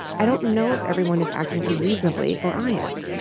i don't know if everyone is acting unreasonably or i am.